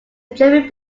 german